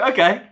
Okay